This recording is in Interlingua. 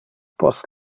post